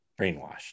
brainwashed